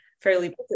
fairly